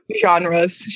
genres